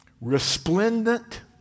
resplendent